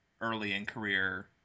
early-in-career